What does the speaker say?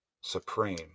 supreme